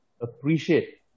appreciate